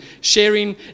sharing